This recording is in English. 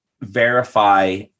verify